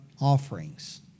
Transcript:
offerings